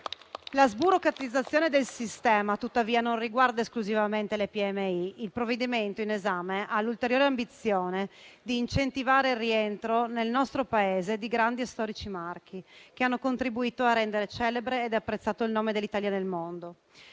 La sburocratizzazione del sistema, tuttavia, non riguarda esclusivamente le PMI. Il provvedimento in esame ha l'ulteriore ambizione di incentivare il rientro nel nostro Paese di grandi e storici marchi che hanno contribuito a rendere celebre ed apprezzato il nome dell'Italia nel mondo.